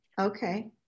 Okay